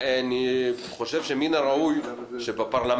ואני חושב שמן הראוי שבפרלמנט,